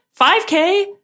5K